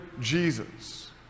Jesus